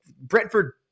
Brentford